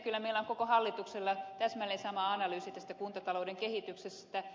kyllä meillä on koko hallituksella täsmälleen sama analyysi kuntatalouden kehityksestä